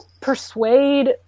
persuade